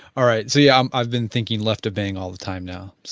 all right, so yeah um i've been thinking left of bang all the time now.